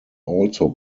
also